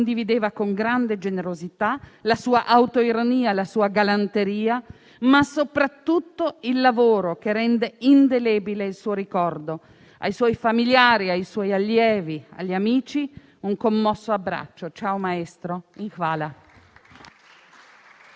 condivideva con grande generosità, la sua autoironia, la sua galanteria, ma soprattutto il lavoro che rende indelebile il suo ricordo. Ai suoi familiari, ai suoi allievi e agli amici un commosso abbraccio. Ciao maestro,